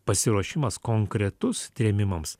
pasiruošimas konkretus trėmimams